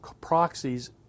proxies